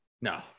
no